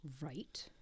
Right